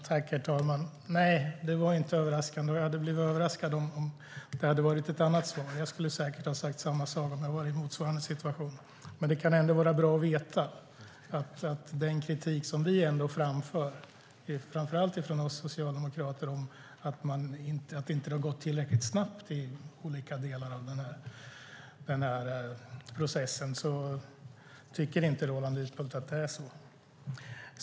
Herr talman! Nej, det var inte överraskande. Jag hade blivit överraskad om det hade varit ett annat svar. Jag skulle säkert ha sagt samma sak om jag var i motsvarande situation. När det gäller den kritik framför allt vi socialdemokrater ändå framför om att det inte har gått tillräckligt snabbt i olika delar av denna process kan det dock vara bra att veta att Roland Utbult inte tycker att det är så.